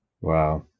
wow